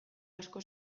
asko